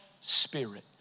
spirit